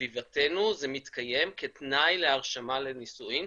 בסביבתנו זה מתקיים כתנאי להרשמה לנישואים.